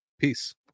peace